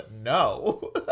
no